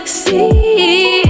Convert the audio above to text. see